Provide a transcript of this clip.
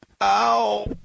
ow